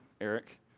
Eric